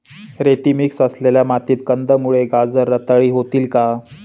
रेती मिक्स असलेल्या मातीत कंदमुळे, गाजर रताळी होतील का?